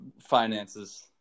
finances